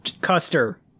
Custer